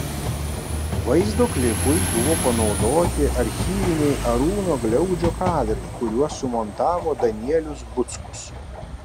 vaizdo klipui buvo panaudoti archyviniai arūno gliaudžio kadrai kuriuos sumontavo danielius buckus